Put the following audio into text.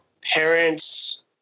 parents